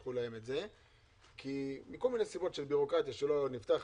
בשל כל מיני סיבות בירוקרטיות זה לא נפתח,